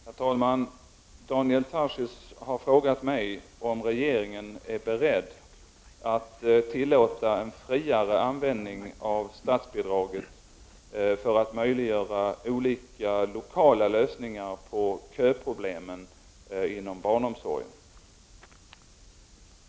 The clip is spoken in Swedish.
Herr talman! Daniel Tarschys har frågat mig om regeringen är beredd att tillåta en friare användning av statsbidraget för att möjliggöra olika lokala lösningar på köproblemen inom barnomsorgen.